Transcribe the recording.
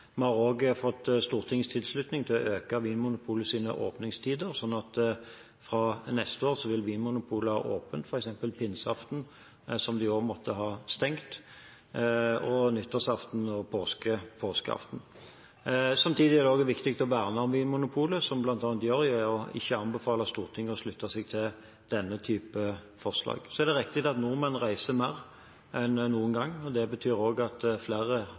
Vi har også fått Stortingets tilslutning til å utvide Vinmonopolets åpningstider. Fra neste år vil Vinmonopolet holde åpent f.eks. pinseaften – i år måtte de holde stengt – og nyttårsaften og påskeaften. Samtidig er det også viktig å verne om Vinmonopolet, som jeg bl.a. gjør ved ikke å anbefale Stortinget å slutte seg til denne type forslag. Så er det riktig at nordmenn reiser mer enn noen gang. Det betyr også at flere